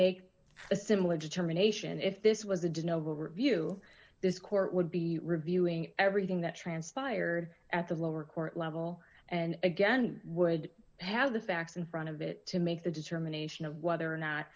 make a similar determination if this was a dyno review this court would be reviewing everything that transpired at the lower court level and again would have the facts in front of it to make the determination of whether or not